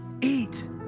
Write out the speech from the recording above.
eat